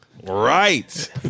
Right